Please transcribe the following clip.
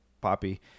Poppy